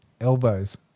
elbows